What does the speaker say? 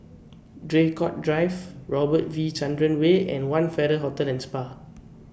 Draycott Drive Robert V Chandran Way and one Farrer Hotel and Spa